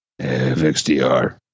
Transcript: FXDR